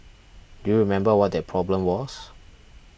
do you remember what that problem was